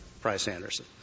Price-Anderson